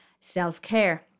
self-care